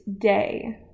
day